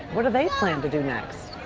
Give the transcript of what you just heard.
what do they plan to do next?